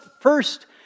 first